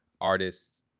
artists